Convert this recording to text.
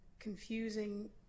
confusing